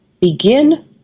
Begin